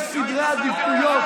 בקול חלש,